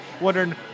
wondering